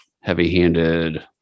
heavy-handed